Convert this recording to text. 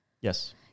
Yes